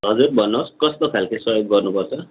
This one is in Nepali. हजुर भन्नुहोस् कस्तो खालके सहयोग गर्नुपर्छ